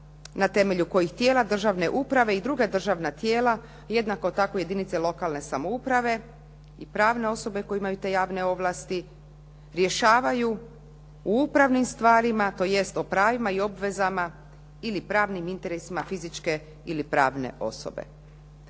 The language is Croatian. na temelju kojih tijela državne uprave i druga državna tijela, jednako tako i jedinice lokalne samouprave i pravne osobe koje imaju te javne ovlasti, rješavaju u upravnim stvarima tj. o pravima i obvezama ili pravnim interesima fizičke ili pravne osobe.